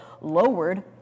lowered